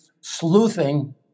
sleuthing